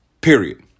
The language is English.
period